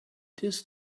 this